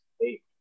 hey